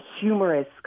humorous